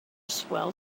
swell